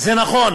זה נכון